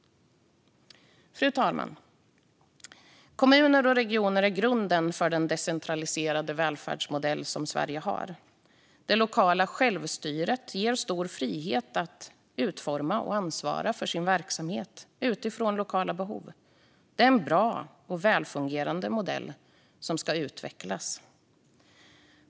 Fru talman! Kommuner och regioner är grunden för Sveriges decentraliserade välfärdsmodell. Det lokala självstyret ger stor frihet att utforma och ansvara för sin verksamhet utifrån lokala behov. Det är en bra och välfungerande modell som ska utvecklas.